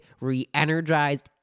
re-energized